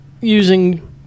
Using